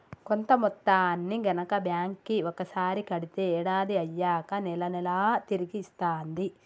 కొంత మొత్తాన్ని గనక బ్యాంక్ కి ఒకసారి కడితే ఏడాది అయ్యాక నెల నెలా తిరిగి ఇస్తాంది